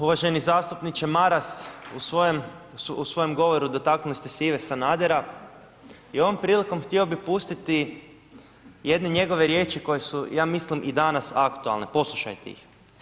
Uvaženi zastupniče Maras, u svojem govoru dotaknuli ste se Ive Sanadera i ovom prilikom htio bi pustiti jedne njegove riječi koje su ja mislim i danas aktualne, poslušajte ih.